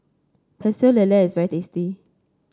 Pecel Lele is very tasty